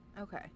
Okay